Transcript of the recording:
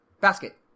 Basket